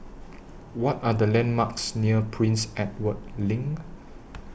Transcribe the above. What Are The landmarks near Prince Edward LINK